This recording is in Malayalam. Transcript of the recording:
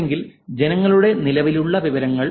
അല്ലെങ്കിൽ ജനങ്ങളുടെ നിലവിലുള്ള വിവരങ്ങൾ